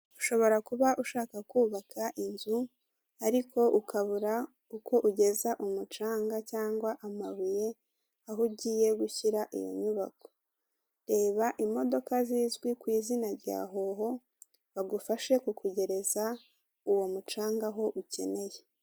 Ushobora kuba ushaka kubaka inzu, ariko ukabura uko ugeza ku mucanga cyangwa amabuye aho ugiye gushyira iyo nyubako. Reba imodoka zizwi ku izina rya hoho bagufashe kukugezareza uwo mucanga aho ukeneye.